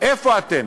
איפה אתם?